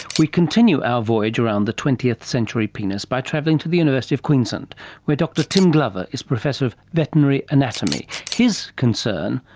we continue our voyage around the twentieth century penis by travelling to the university of queensland where dr tim glover is professor of veterinary anatomy. his concern,